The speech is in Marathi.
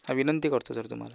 विनंती करतो सर तुम्हाला